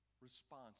response